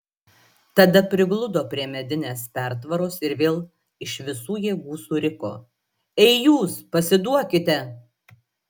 tada prigludo prie medinės pertvaros ir vėl iš visų jėgų suriko ei jūs pasiduokite